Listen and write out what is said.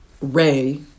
Ray